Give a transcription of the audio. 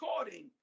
according